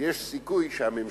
יש סיכוי שהממשלה,